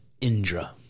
Indra